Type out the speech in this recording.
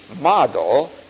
model